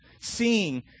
seeing